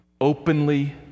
openly